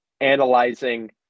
analyzing